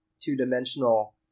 two-dimensional